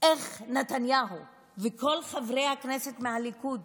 איך נתניהו וכל חברי הכנסת מהליכוד